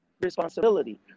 responsibility